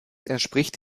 entspricht